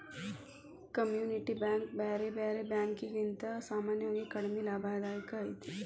community bank ಬ್ಯಾರೆ ಬ್ಯಾರೆ ಬ್ಯಾಂಕಿಕಿಗಿಂತಾ ಸಾಮಾನ್ಯವಾಗಿ ಕಡಿಮಿ ಲಾಭದಾಯಕ ಐತಿ